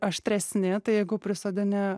aštresni jeigu prisodini